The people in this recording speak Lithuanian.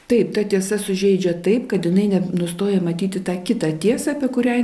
taip ta tiesa sužeidžia taip kad jinai ne nustoja matyti tą kitą tiesą apie kurią